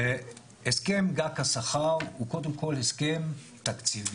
הסכם גג השכר הוא קודם כל הסכם תקציבי,